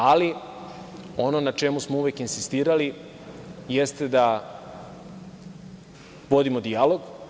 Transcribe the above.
Ali, ono na čemu smo uvek insistirali jeste da vodimo dijalog.